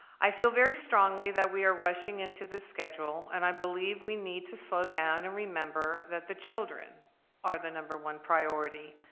i feel very strongly that we are rushing into this schedule and i believe we need to slow down and remember that the children are the number one priority,